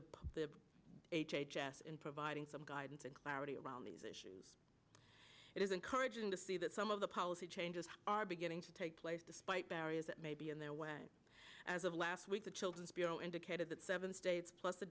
in providing some guidance and clarity around these issues it is encouraging to see that some of the policy changes are beginning to take place despite barriers that may be in their way as of last week the children's bureau indicated that seven states plus the